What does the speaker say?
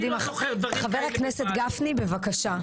קדימה, חבר הכנסת גפני בבקשה.